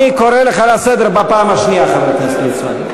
אני קורא אותך לסדר בפעם השנייה, חבר הכנסת ליצמן.